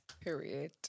Period